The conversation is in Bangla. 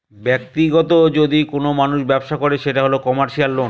ব্যাক্তিগত যদি কোনো মানুষ ব্যবসা করে সেটা হল কমার্সিয়াল লোন